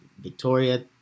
Victoria